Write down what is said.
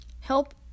Help